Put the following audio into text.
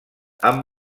amb